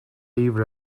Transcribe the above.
leave